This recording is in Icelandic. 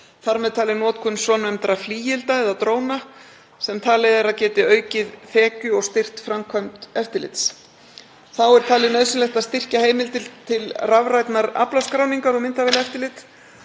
þar með talið notkun svonefndra flygilda eða dróna sem talið er að geti aukið þekju og styrkt framkvæmd eftirlits. Þá er talið nauðsynlegt að styrkja heimildir til rafrænnar aflaskráningar og myndavélaeftirlits.